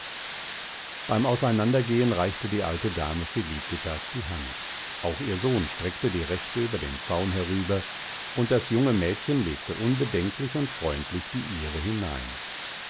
beim auseinandergehen reichte die alte dame felicitas die hand auch ihr sohn streckte die rechte über den zaun herüber und das junge mädchen legte unbedenklich und freundlich die ihre hinein